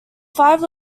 five